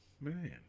Man